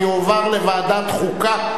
ויועבר לוועדת החוקה,